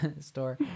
store